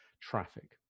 traffic